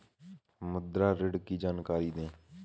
मुद्रा ऋण की जानकारी दें?